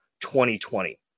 2020